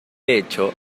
hecho